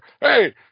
Hey